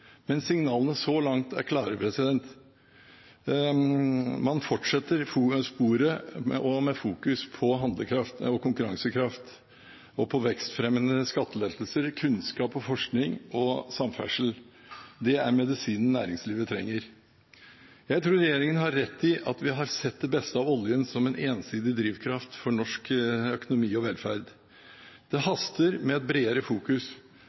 men signalene så langt er klare. Man fortsetter sporet med fokus på konkurransekraft, vekstfremmende skattelettelser, kunnskap, forskning og samferdsel. Det er medisinen næringslivet trenger. Jeg tror regjeringen har rett i at vi har sett det beste av oljen som en ensidig drivkraft for norsk økonomi og velferd. Det haster med et bredere fokus,